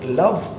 love